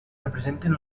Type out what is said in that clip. representen